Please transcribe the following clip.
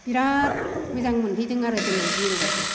बिराद मोजां मोनहैदों आरो जोङो जिर'आव